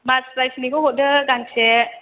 मास स्राइसनिखौ हरदो गांसे